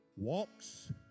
walks